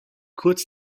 kurz